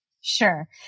Sure